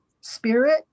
spirit